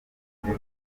amazi